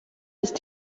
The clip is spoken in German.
ist